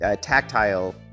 tactile